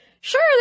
sure